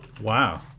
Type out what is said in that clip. Wow